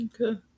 Okay